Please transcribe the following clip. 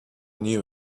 knew